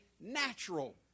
natural